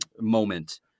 moment